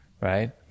right